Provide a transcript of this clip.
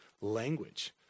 language